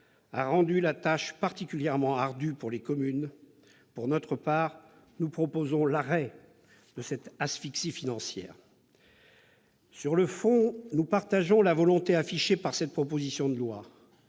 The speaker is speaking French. a rendu la tâche particulièrement ardue pour les communes. Pour notre part, nous proposons de mettre fin à cette asphyxie financière. Sur le fond, nous partageons la volonté affichée par les auteurs de cette proposition de loi.